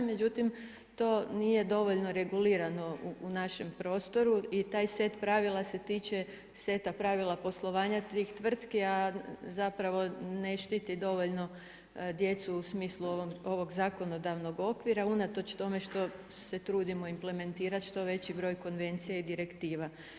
Međutim, to nije dovoljno regulirano u našem prostoru i taj set pravila se tiče seta pravila poslovanja tih tvrtki, a zapravo ne štiti dovoljno djecu u smislu ovog zakonodavnog okvira unatoč tome što se trudimo implementirati što veći broj konvencija i direktiva.